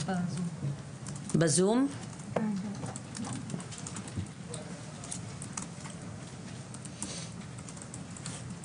מאוד שמחתי לשמוע את הדיווח הזה שהתקנים,